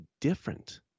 different